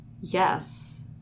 yes